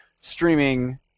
streaming